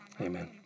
Amen